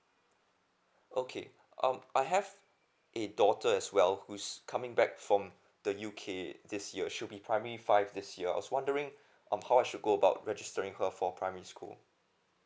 okay um I have a daughter as well who's coming back from the U_K this year should be primary five this year I was wondering of how she go about registering her for primary school